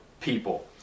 people